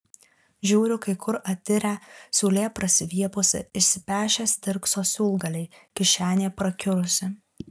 žiūriu kai kur atirę siūlė prasiviepusi išsipešę stirkso siūlgaliai kišenė prakiurusi